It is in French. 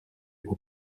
aux